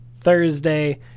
Thursday